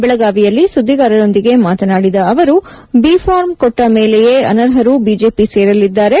ಬೆಳಗಾವಿಯಲ್ಲಿ ಸುದ್ದಿಗಾರರೊಂದಿಗೆ ಮಾತನಾಡಿದ ಅವರು ಬಿಫಾರ್ಮ್ ಕೊಟ್ಟ ಮೇಲೆಯೇ ಅನರ್ಹರು ಬಿಜೆಪಿ ಸೇರಲಿದ್ದಾರೆ